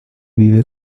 vive